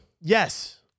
Yes